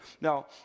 Now